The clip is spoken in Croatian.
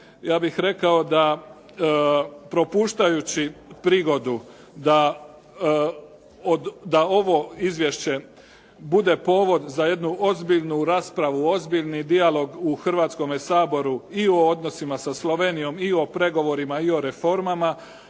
ja bih rekao da propuštajući prigodu da ovo izvješće bude povod za jednu ozbiljnu raspravu, ozbiljni dijalog u Hrvatskome saboru i o odnosima sa Slovenijom i o pregovorima i o reformama,